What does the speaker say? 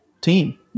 team